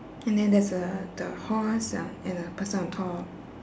and then there's uh the horse ah and a person on top